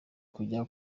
kujya